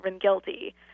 guilty